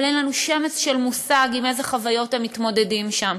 אבל אין לנו שמץ של מושג עם איזה חוויות הם מתמודדים שם.